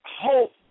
hope